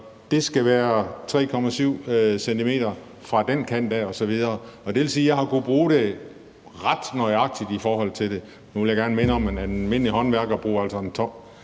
der skal være 3,7 cm fra den kant, osv. Det vil sige, at jeg har kunnet bruge dem ret nøjagtigt i forhold til det. Nu vil jeg gerne minde om, at en almindelig håndværker altså stadig